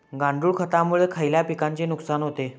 गांडूळ खतामुळे खयल्या पिकांचे नुकसान होते?